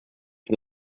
von